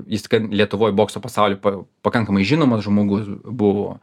jis lietuvoj bokso pasauly pa pakankamai žinomas žmogus buvo